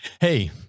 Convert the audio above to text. Hey